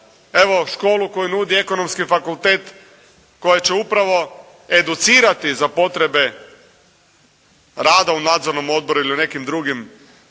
evo školu koju nudi Ekonomski fakultet koja će upravo educirati za potrebe rada u nadzornom odboru ili u nekim drugim